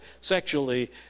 sexually